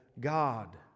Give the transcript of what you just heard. God